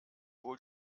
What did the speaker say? wohl